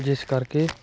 ਜਿਸ ਕਰਕੇ